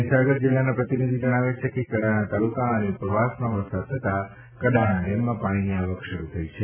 મહિસાગર જિલ્લાના પ્રતિનિધિ જણાવે છે કે કડાણા તાલુકા અને ઉપરવાસમાં વરસાદ થતાં કડાણ ડેમમાં પાણીની આવક શરૂ થઈ છે